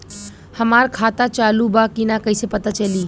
हमार खाता चालू बा कि ना कैसे पता चली?